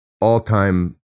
all-time